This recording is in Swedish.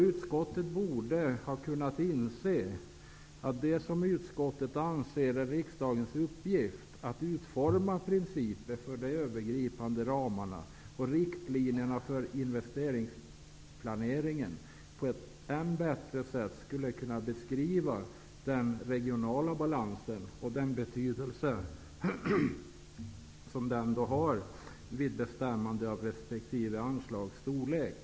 Utskottet borde ha kunnat inse att det som utskottet anser är riksdagens uppgift, nämligen ''att utforma principer för de övergripande ramarna och riktlinjerna för investeringsplaneringen'', på ett än bättre sätt skulle kunna beskriva den ''regionala balansen'' av den betydelse som den har vid bestämmande av resp. anslags storlek.